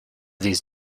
these